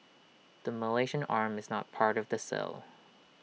the Malaysian arm is not part of the sale